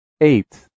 eight